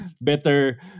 better